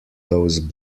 those